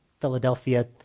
Philadelphia